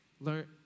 Learn